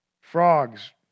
Frogs